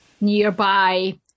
nearby